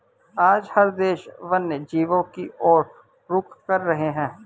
आज हर देश वन्य जीवों की और रुख कर रहे हैं